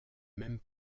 même